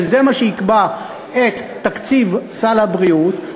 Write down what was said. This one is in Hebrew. וזה מה שיקבע את תקציב סל הבריאות,